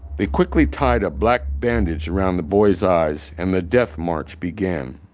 they quickly tied a black bandage around the boy's eyes and the death march began.